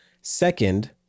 second